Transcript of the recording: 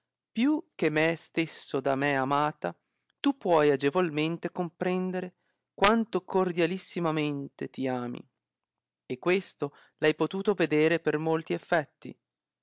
più che me stesso da me amata tu puoi agevolmente comprendere quanto cordialissimamente ti ami e questo l hai potuto vedere per molti effetti